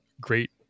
great